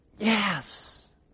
Yes